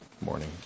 morning